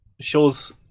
shows